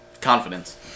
confidence